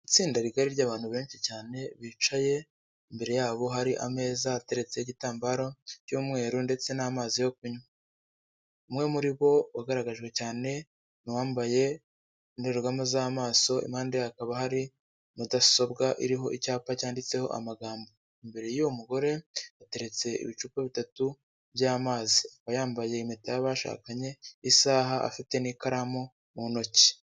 Itsinda rigari ry'abantutu benshi cyane bicaye, imbere yabo hari ameza ateretse igitambaro cy'umweru ndetse n'amazi yo kunywa. Umwe muri bo wagaragajwe cyane, ni uwambaye indorerwamo z'amaso, impande ye hakaba hari mudasobwa, iriho icyapa cyanditseho amagambo. Imbere y'uwo mugore hateretse ibicupa bitatu by'amazi, akaba yambaye impeta y'abashakanye, isaha, afite n'ikaramu mu ntoki.